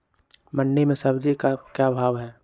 मंडी में सब्जी का क्या भाव हैँ?